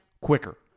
quicker